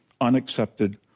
unaccepted